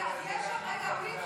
מגיע כל כך הרבה יותר.